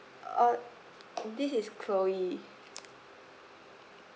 uh this is chloe